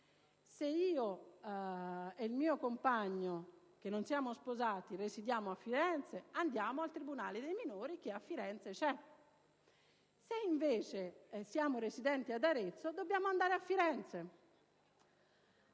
se io e il mio compagno risiediamo a Firenze, andiamo al tribunale dei minori, che a Firenze c'è; se siamo residenti ad Arezzo, dobbiamo andare a Firenze.